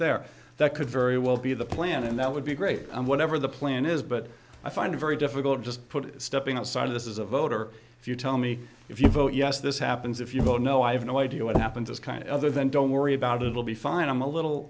there that could very well be the plan and that would be whatever the plan is but i find it very difficult to just put it stepping outside of this is a voter if you tell me if you vote yes this happens if you go no i have no idea what happens is kind of other than don't worry about it will be fine i'm a little